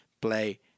play